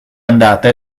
andata